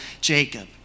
Jacob